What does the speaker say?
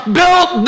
built